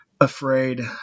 Afraid